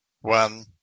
One